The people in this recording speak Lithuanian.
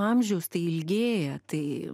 amžius tai ilgėja tai